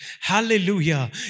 hallelujah